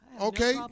Okay